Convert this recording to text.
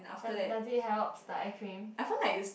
does does it helps the eye cream